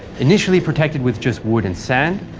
initially protected with just wood and sand,